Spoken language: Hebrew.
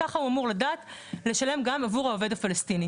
ככה הוא אמרו לדעת לשלם לעוד הפלסטיני.